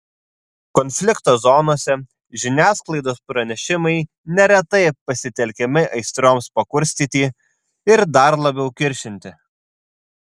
konflikto zonose žiniasklaidos pranešimai neretai pasitelkiami aistroms pakurstyti ir dar labiau kiršinti